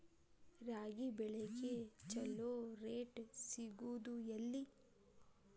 ರಾಗಿ ಬೆಳೆಗೆ ಛಲೋ ರೇಟ್ ಸಿಗುದ ಎಲ್ಲಿ?